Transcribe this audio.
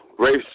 Race